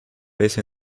based